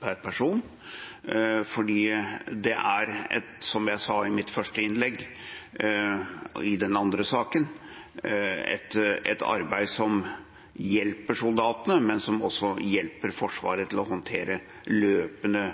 per person. For det er som jeg sa i mitt første innlegg, i den andre saken, et arbeid som hjelper soldatene, men som også hjelper Forsvaret med å håndtere løpende